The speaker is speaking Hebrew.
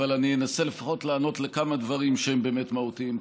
אבל אני אנסה לפחות לענות לכמה דברים שהם באמת מהותיים.